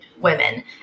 women